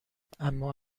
اما